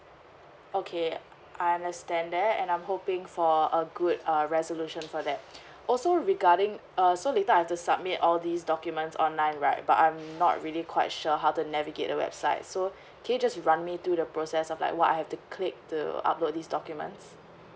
okay I understand that and I'm hoping for a good err resolution for that also regarding uh so later I have to submit all these documents online right but I'm not really quite sure how to navigate the website so can you just run me through the process of like what I have to click to upload these documents